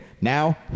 now